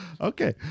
Okay